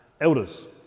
elders